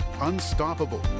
Unstoppable